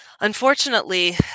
unfortunately